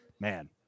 man